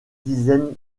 dizaines